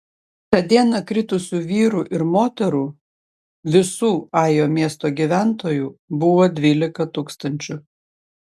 tą dieną kritusių vyrų ir moterų visų ajo miesto gyventojų buvo dvylika tūkstančių